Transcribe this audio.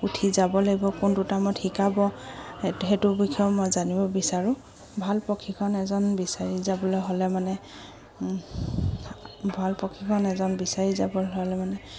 উঠি যাব লাগিব কোনটো টাইমত শিকাব সেইটো সেইটোৰ বিষয়েও মই জানিব বিচাৰোঁ ভাল প্ৰশিক্ষক এজন বিচাৰি যাবলৈ হ'লে মানে ভাল প্ৰশিক্ষক এজন বিচাৰি যাবলৈ হ'লে মানে